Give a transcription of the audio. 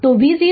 तो v0 v0